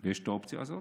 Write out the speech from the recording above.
יש את האופציה הזאת,